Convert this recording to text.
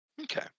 Okay